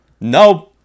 Nope